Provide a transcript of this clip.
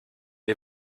les